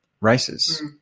races